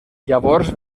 llavors